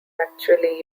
actually